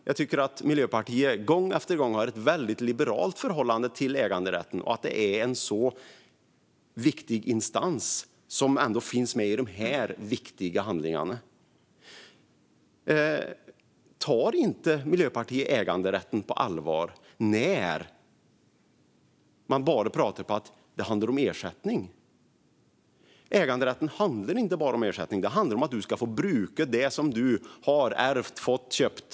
Jag tycker att Miljöpartiet gång efter gång visar ett väldigt liberalt förhållande till äganderätten när det är en så pass viktig sak som ändå finns med i dessa viktiga handlingar. Tar Miljöpartiet inte äganderätten på allvar när man bara talar om att det handlar om ersättning? Äganderätt handlar inte bara om ersättning; det handlar om att du ska få bruka det som du har, har ärvt, fått eller köpt.